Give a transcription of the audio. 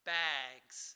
bags